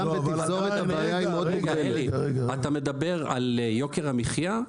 גם בתפזורת --- אתה מדבר על יוקר המחיה?